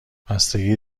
بستگی